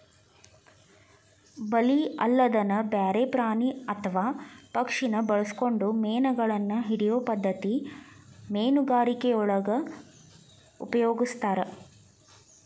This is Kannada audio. ಬಲಿ ಅಲ್ಲದನ ಬ್ಯಾರೆ ಪ್ರಾಣಿ ಅತ್ವಾ ಪಕ್ಷಿನ ಬಳಸ್ಕೊಂಡು ಮೇನಗಳನ್ನ ಹಿಡಿಯೋ ಪದ್ಧತಿ ಮೇನುಗಾರಿಕೆಯೊಳಗ ಉಪಯೊಗಸ್ತಾರ